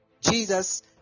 Jesus